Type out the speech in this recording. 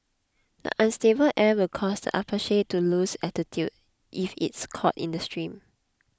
the unstable air will cause the Apache to lose altitude if it is caught in the stream